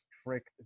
strict